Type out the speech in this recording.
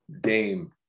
Dame